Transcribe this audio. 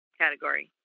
category